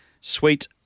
Sweet